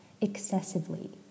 Excessively